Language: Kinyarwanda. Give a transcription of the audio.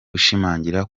gushimangira